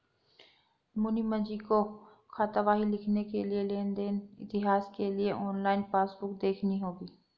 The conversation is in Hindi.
मुनीमजी को खातावाही लिखने के लिए लेन देन इतिहास के लिए ऑनलाइन पासबुक देखनी होगी